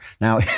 Now